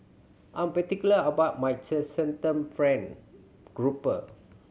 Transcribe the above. I'm particular about my friend grouper